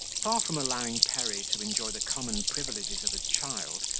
far from allowing perry to enjoy the common privileges of a child,